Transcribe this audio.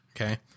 Okay